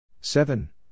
Seven